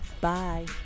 Bye